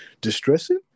distressing